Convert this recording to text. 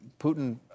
Putin